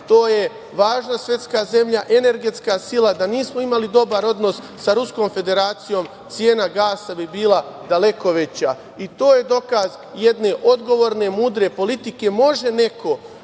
to je važna svetska zemlja, energetska sila. Da nismo imali dobar odnos sa Ruskom Federacijom cena gasa bi bila daleko veća. To je dokaz jedne odgovorne, mudre politike. Može neko